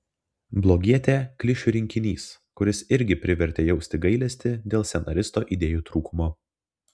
blogietė klišių rinkinys kuris irgi privertė jausti gailesti dėl scenaristo idėjų trūkumo